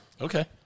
okay